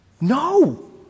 No